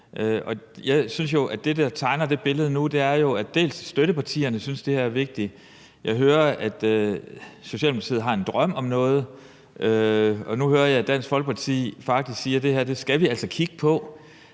Jeg synes jo, at det billede, der tegner sig nu, er, at støttepartierne synes, det her er vigtigt, og jeg hører, at Socialdemokratiet har en drøm om noget, og nu hører jeg Dansk Folkeparti sige, at det her skal vi altså kigge på.